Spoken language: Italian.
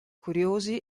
curiosi